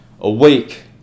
Awake